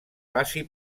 passi